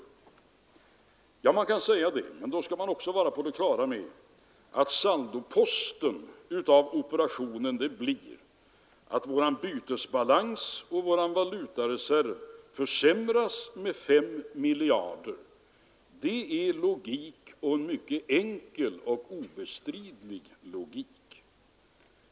Ja, man kan säga det. Men då skall man också vara på det klara med att saldoposten av operationen blir att vår bytesbalans och vår valutareserv försämras med 5 miljarder. Det är en mycket enkel och obestridlig logik.